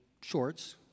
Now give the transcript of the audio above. shorts